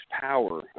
power